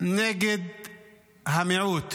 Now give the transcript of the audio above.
נגד המיעוט.